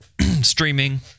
streaming